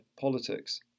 politics